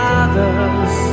others